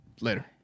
Later